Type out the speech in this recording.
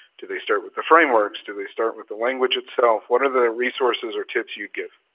do they start with the frameworks? do they start with the language itself? what are the resources or tips you'd give?